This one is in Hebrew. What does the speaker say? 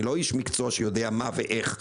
אני לא איש מקצוע שיודע מה ואיך,